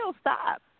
stop